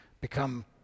become